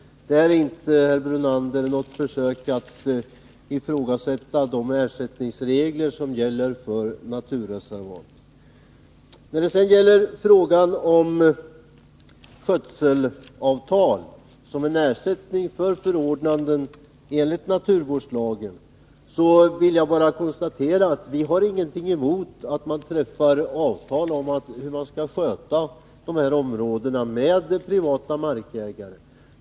Det är inte, Lennart Brunander, något försök att ifrågasätta de ersättningsregler som gäller för naturreservat. Beträffande frågan om skötselavtal som en ersättning för förordnanden enligt naturvårdslagen vill jag bara konstatera att vi inte har någonting emot att man träffar avtal med privata markägare om hur dessa områden skall skötas.